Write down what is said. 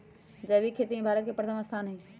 जैविक खेती में भारत के प्रथम स्थान हई